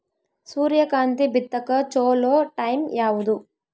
ಸೂರ್ಯಕಾಂತಿ ಬಿತ್ತಕ ಚೋಲೊ ಟೈಂ ಯಾವುದು?